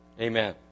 Amen